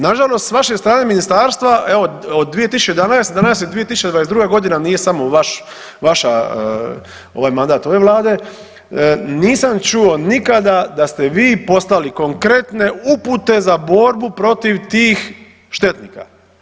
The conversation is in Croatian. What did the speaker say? Nažalost s vaše strane ministarstva evo od 2011., danas je 2022.g. nije samo vaša ovaj mandat ove vlade, nisam čuo nikada da ste vi poslali konkretne upute za borbu protiv tih štetnika.